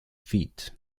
feet